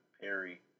Perry